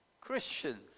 Christians